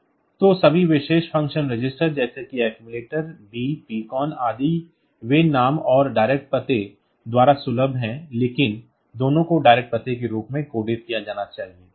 तो सभी विशेष फ़ंक्शन रजिस्टर जैसे कि अक्सुमुलेटर B PCON आदि वे नाम और direct पते द्वारा सुलभ हैं लेकिन दोनों को direct पते के रूप में कोडित किया जाना चाहिए